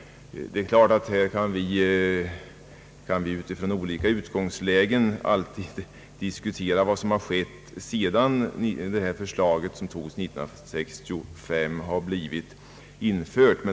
Det är klart att vi här från olika utgångslägen kan diskutera vad som skett sedan det förslag som antogs år 1965 har börjat tillämpas.